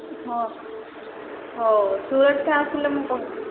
ହଁ ହଉ ତୁ ଏଠିକି ଆସିଲେ ମୁଁ